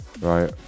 right